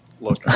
look